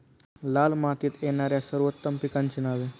लाल मातीत येणाऱ्या सर्वोत्तम पिकांची नावे?